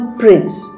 prince